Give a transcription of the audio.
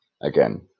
again